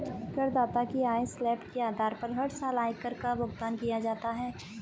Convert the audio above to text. करदाता की आय स्लैब के आधार पर हर साल आयकर का भुगतान किया जाता है